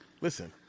Listen